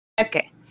Okay